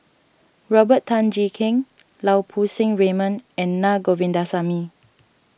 Robert Tan Jee Keng Lau Poo Seng Raymond and Naa Govindasamy